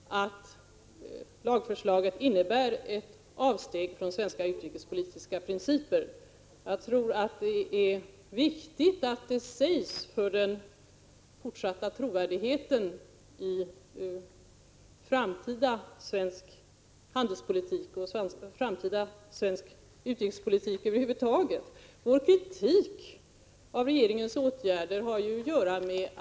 Herr talman! Jag noterar att statsrådet säger att lagförslaget innebär ett avsteg från svenska utrikespolitiska principer. Det är viktigt att detta sägs, för den fortsatta trovärdigheten i framtida svensk handelspolitik och utrikespolitik. Moderaternas kritik av regeringens åtgärder har att göra med att 'Prot.